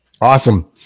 Awesome